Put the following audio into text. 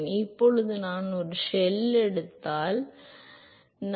எனவே இப்போது நான் ஒரு ஷெல் எடுத்தால் வளைய